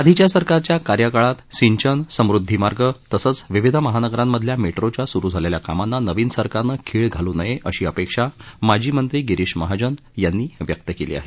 आधीच्या सरकारच्या कार्यकाळात सिंचन समुद्धी मार्ग तसंच विविध महानगरांमधल्या मेट्रोच्या सुरु झालेल्या कामांना नवीन सरकारनं खिळ घालू नये अशी अपेक्षा माजी मंत्री गिरीश महाजन यांनी व्यक्त केली आहे